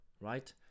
right